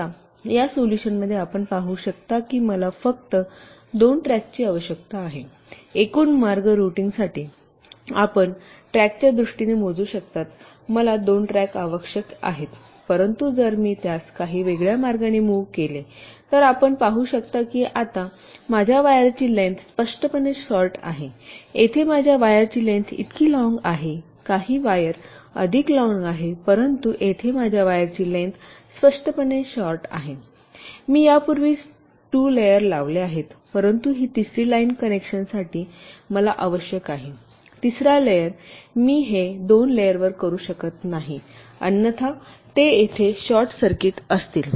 आता या सोल्यूशनमध्ये आपण पाहू शकता की मला फक्त 2 ट्रॅकची आवश्यकता आहे एकूण मार्ग रूटिंगसाठी आपण ट्रॅकच्या दृष्टीने मोजू शकता मला 2 ट्रॅक आवश्यक आहेत परंतु जर मी त्यास काही वेगळ्या मार्गाने मुव्ह केले तर आपण पाहू शकता की आता माझ्या वायरची लेन्थ स्पष्टपणे शॉर्ट आहे येथे माझ्या वायरची लेन्थ इतकी लॉन्ग आहे काही वायर अधिक लॉन्ग आहे परंतु येथे माझ्या वायरची लेन्थ स्पष्टपणे शॉर्ट आहे परंतु मी यापूर्वीच 2 लेयर लावले आहेत परंतु ही तिसरी लाईन कनेक्शनसाठी मला आवश्यक आहे तिसरा लेयर मी हे 2 लेयरवर करू शकत नाही अन्यथा ते येथे शॉर्ट सर्किट असतील